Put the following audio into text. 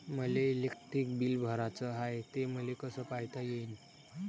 मले electric bill भराचं हाय, ते मले कस पायता येईन?